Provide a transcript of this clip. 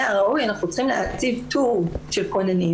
הראוי אנחנו צריכים להציב טור של כוננים